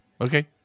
Okay